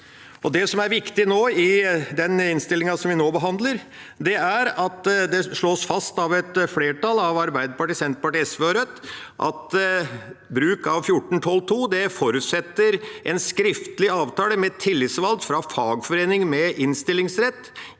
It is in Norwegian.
Det som er viktig i den innstillingen vi nå behandler, er at det slås fast av et flertall av Arbeiderpartiet, Senterpartiet, SV og Rødt at bruk av § 14-12 andre ledd forutsetter en skriftlig avtale mellom tillitsvalgt fra fagforening med innstillingsrett